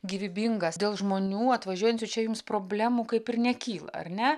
gyvybingas dėl žmonių atvažiuojančių čia jums problemų kaip ir nekyla ar ne